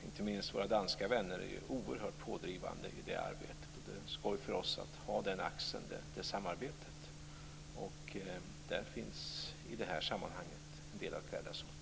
Inte minst våra danska vänner är oerhört pådrivande i det arbete, och det är skoj för oss att ha den axeln, det samarbetet. Där finns i det här sammanhanget en del att glädja sig åt.